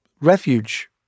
refuge